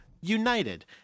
United